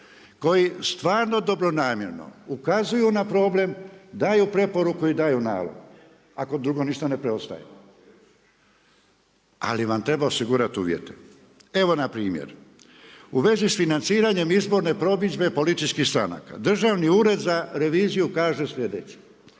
koji stvarno dobronamjerno ukazuju na problem, daju preporuku i daju nalog, ako drugo ništa ne preostaje. Ali vam treba osigurati uvijete. Evo, npr. u vezi s financiranjem izborne promidžbe političkih stranka, Državni ured za reviziju kaže sljedeće,